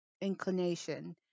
inclination